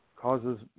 causes